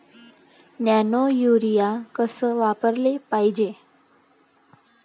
Nano urea कस वापराले पायजे?